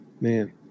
man